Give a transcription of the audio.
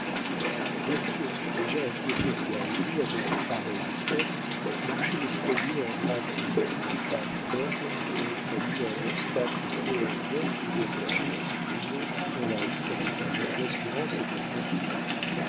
david déjà un peu familiarisé avec de pareilles scènes marchait le premier en droite ligne d'un pas ferme qu'il aurait fallu un obstacle peu ordinaire pour déranger et il entra dans la hutte avec un air d'assurance et de tranquillité